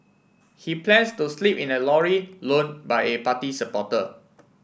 he plans to sleep in a lorry loan by a party supporter